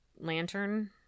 lantern